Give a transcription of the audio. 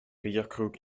bierkrug